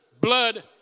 blood